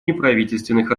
неправительственных